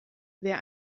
wer